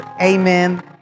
amen